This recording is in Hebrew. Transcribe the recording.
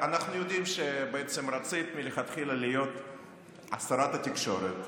אנחנו יודעים שרצית מלכתחילה להיות שרת התקשורת,